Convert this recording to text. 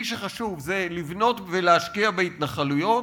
שחשוב זה לבנות ולהשקיע בהתנחלויות,